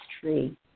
tree